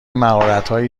مهارتهایی